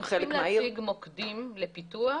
מוקדים לפיתוח